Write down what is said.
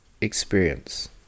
experience